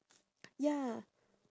ya